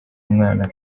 umwana